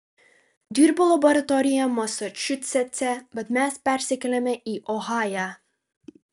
dirbau laboratorijoje masačusetse bet mes persikėlėme į ohają